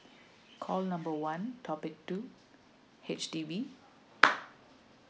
call number one topic two H_D_B